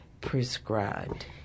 prescribed